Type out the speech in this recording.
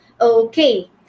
okay